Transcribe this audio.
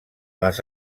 les